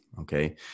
Okay